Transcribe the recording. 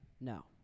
No